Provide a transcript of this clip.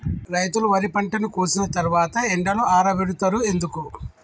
రైతులు వరి పంటను కోసిన తర్వాత ఎండలో ఆరబెడుతరు ఎందుకు?